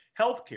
healthcare